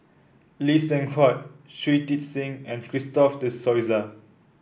Lee Seng Huat Shui Tit Sing and Christopher De Souza